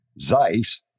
Zeiss